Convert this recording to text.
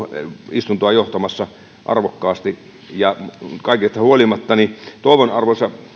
istuntoa johtamassa arvokkaasti kaikesta huolimatta toivon arvoisa